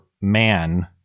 man